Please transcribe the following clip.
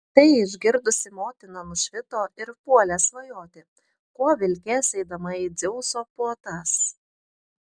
tai išgirdusi motina nušvito ir puolė svajoti kuo vilkės eidama į dzeuso puotas